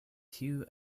kiu